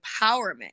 empowerment